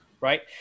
Right